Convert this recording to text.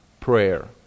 prayer